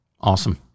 Awesome